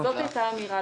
זאת הייתה האמירה.